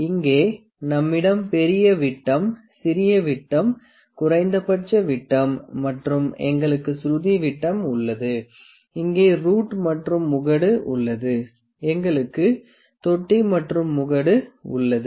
இங்கே நம்மிடம் பெரிய விட்டம் சிறிய விட்டம் குறைந்தபட்ச விட்டம் மற்றும் எங்களுக்கு சுருதி விட்டம் உள்ளது இங்கே ரூட் மற்றும் முகடு உள்ளது எங்களுக்கு தொட்டி மற்றும் முகடு உள்ளது